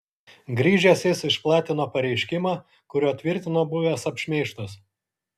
grįžęs jis išplatino pareiškimą kuriuo tvirtino buvęs apšmeižtas